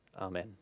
Amen